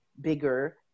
bigger